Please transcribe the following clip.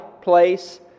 place